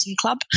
club